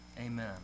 amen